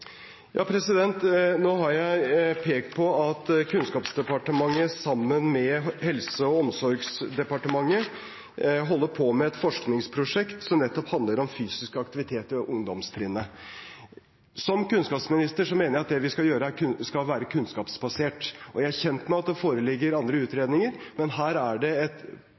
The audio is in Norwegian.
Nå har jeg pekt på at Kunnskapsdepartementet sammen med Helse- og omsorgsdepartementet holder på med et forskningsprosjekt som nettopp handler om fysisk aktivitet på ungdomstrinnet. Som kunnskapsminister mener jeg at det vi skal gjøre, skal være kunnskapsbasert. Jeg er kjent med at det foreligger andre utredninger, men her er det et